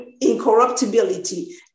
incorruptibility